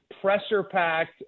pressure-packed